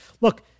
look –